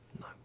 No